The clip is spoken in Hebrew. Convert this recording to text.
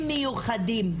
מיוחדים,